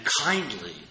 kindly